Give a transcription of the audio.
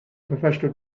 professional